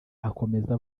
akomeza